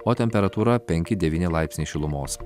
o temperatūra penki devyni laipsniai šilumos